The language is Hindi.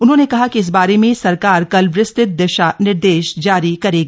उन्होंने कहा कि इस बारे में सरकार कल विस्तृत दिशा निर्देश जारी करेगी